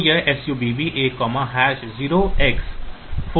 तो यह SUBB A0x4F जैसा कह रहा है